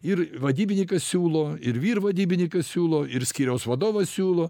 ir vadybininkas siūlo ir vyrvadybininkas siūlo ir skyriaus vadovas siūlo